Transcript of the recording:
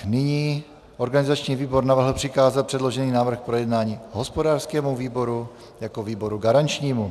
Nyní organizační výbor navrhl přikázat předložený návrh k projednání hospodářskému výboru jako výboru garančnímu.